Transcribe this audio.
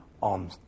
on